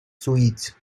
sweet